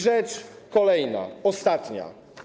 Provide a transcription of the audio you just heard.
Rzecz kolejna, ostatnia.